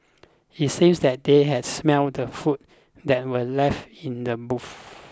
it seems that they had smelt the food that were left in the boot